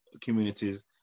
communities